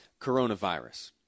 coronavirus